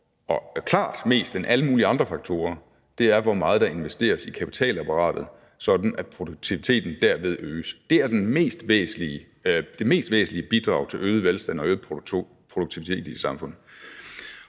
og klart mere end alle mulige andre faktorer, er, hvor meget der investeres i kapitalapparatet, sådan at produktiviteten derved øges. Det er det mest væsentlige bidrag til øget velstand og øget produktivitet i et samfund.